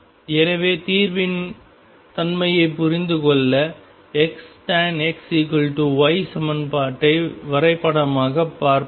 எனவே தீர்வின் தன்மையைப் புரிந்து கொள்ள X tan XY சமன்பாட்டை வரைபடமாகப் பார்ப்போம்